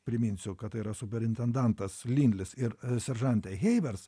priminsiu kad tai yra super intendantas linlis ir seržantė heivers